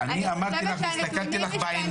גלי, אני אמרתי לך והסתכלתי לך בעיניים.